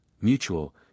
mutual